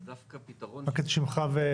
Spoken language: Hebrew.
זה דווקא פתרון --- רק את שימך ותפקידך.